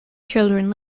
children